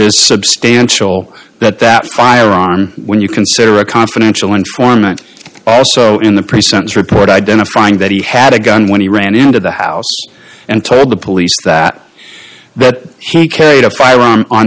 is substantial that that firearm when you consider a confidential informant also in the pre sentence report identifying that he had a gun when he ran into the house and told the police that that he carried a firearm on